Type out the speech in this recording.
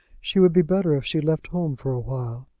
she would be better if she left home for awhile.